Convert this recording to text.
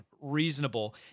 reasonable